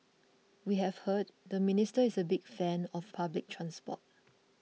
we have heard the minister is a big fan of public transport